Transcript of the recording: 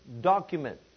document